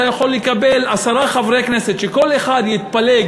אתה יכול לקבל עשרה חברי כנסת שכל אחד יתפלג